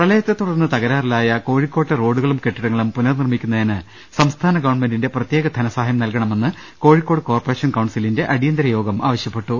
പ്രളയത്തെത്തുടർന്ന് തകരാറിലായ കോഴിക്കോട്ടെ റോഡു കളും കെട്ടിടങ്ങളും പുനർ നിർമ്മിക്കുന്നതിന് സംസ്ഥാന ഗവൺമെന്റിന്റെ പ്രത്യേക ധനസഹായം നൽകണമെന്ന് കോഴി ക്കോട് കോർപ്പറേഷൻ കൌൺസിലിന്റെ അടിയന്തര യോഗം ആവശ്യപ്പെട്ടു